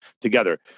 together